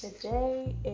Today